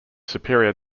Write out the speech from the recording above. superior